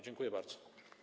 Dziękuję bardzo.